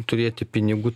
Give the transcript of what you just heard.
turėti pinigų